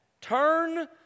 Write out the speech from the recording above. Turn